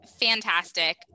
fantastic